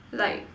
like